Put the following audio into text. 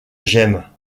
gemme